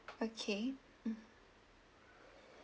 okay mm